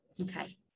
Okay